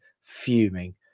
fuming